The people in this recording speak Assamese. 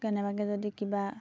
কেনেবাকে যদি কিবা